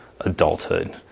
adulthood